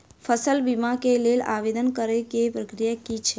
फसल बीमा केँ लेल आवेदन करै केँ प्रक्रिया की छै?